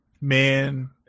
Man